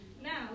Now